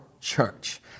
church